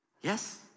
Yes